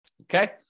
Okay